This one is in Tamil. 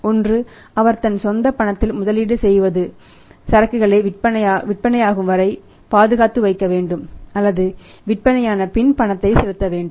ஒன்று அவர் தன் சொந்த பணத்தில் முதலீடு செய்து சரக்குகளை விற்பனையாகும் வரை பாதுகாத்து வைக்க வேண்டும் அல்லது விற்பனையானபின் பணத்தை செலுத்த வேண்டும்